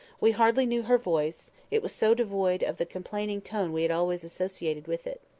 we hardly knew her voice, it was so devoid of the complaining tone we had always associated with it.